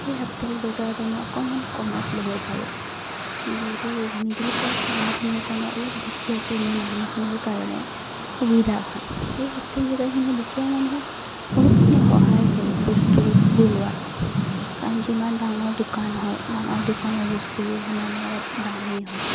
সেই সাপ্তাহিক বজাৰত আমি অকণমান কমত ল'ব পাৰোঁ যিহেতু মিডিল ক্লাছ মানুহখিনিৰ কাৰণে অলপ দুখীয়া শ্ৰেণীৰ মানুহখিনিৰ কাৰণে সুবিধা হয় সেই সাপ্তাহিক বজাৰখিনি দুখীয়া মানুহক বহুতখিনি সহায় কৰে বস্তুবোৰ লোৱাত কাৰণ যিমান ডাঙৰ দোকান হয় ডাঙৰ দোকানৰ বস্তুবোৰ সিমানেই অলপ দামী হয়